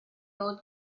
old